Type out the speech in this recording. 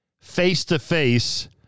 face-to-face